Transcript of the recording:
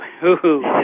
Hoo-hoo